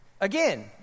again